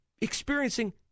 experiencing